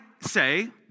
say